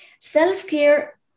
Self-care